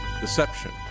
deception